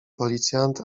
policjant